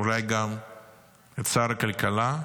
ואולי גם את שר הכלכלה,